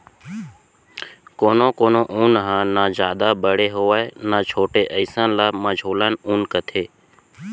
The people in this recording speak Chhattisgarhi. कोनो कोनो ऊन ह न जादा बड़े होवय न छोटे अइसन ल मझोलन ऊन कथें